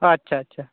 ᱟᱪᱪᱷᱟ ᱟᱪᱪᱷᱟ